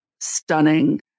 stunning